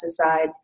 pesticides